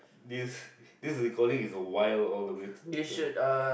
this this recording is wild all the way through